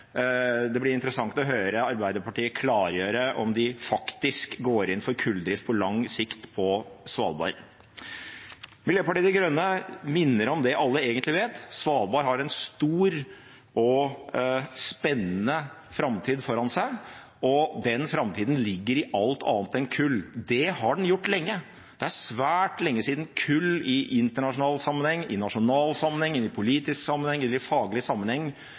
Det blir interessant å høre Arbeiderpartiet klargjøre om de faktisk går inn for kulldrift på lang sikt på Svalbard. Miljøpartiet De Grønne minner om det alle egentlig vet: Svalbard har en stor og spennende framtid foran seg, og den framtida ligger i alt annet enn kull. Det har den gjort lenge. Det er svært lenge siden kull i internasjonal sammenheng, i nasjonal sammenheng, i politisk sammenheng eller i faglig sammenheng